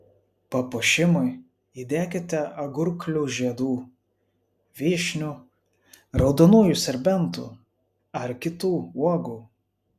papuošimui įdėkite agurklių žiedų vyšnių raudonųjų serbentų ar kitų uogų